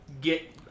get